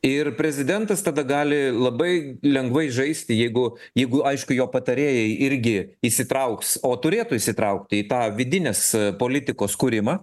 ir prezidentas tada gali labai lengvai žaisti jeigu jeigu aišku jo patarėjai irgi įsitrauks o turėtų įsitraukti į tą vidinės politikos kūrimą